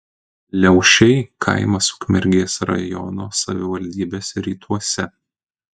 liaušiai kaimas ukmergės rajono savivaldybės rytuose